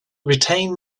retain